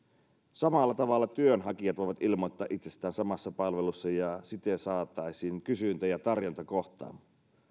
samalla tavalla työnhakijat voivat ilmoittaa itsestään samassa palvelussa ja siten saataisiin kysyntä ja tarjonta kohtaamaan